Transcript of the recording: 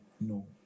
no